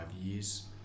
years